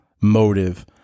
motive